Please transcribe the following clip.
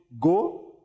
go